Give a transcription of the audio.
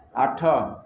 ଆଠ